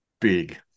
big